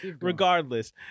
Regardless